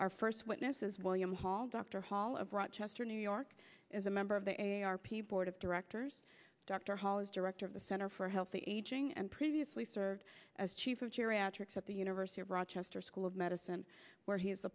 our first witnesses william hall dr hall of rochester new york is a member of the a r p board of directors dr hall is director of the center for healthy aging and previously served as chief of geriatrics at the university of rochester school of medicine where he is